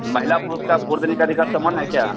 महिला पुरुष का भोट देने का अधिकार समान हे क्या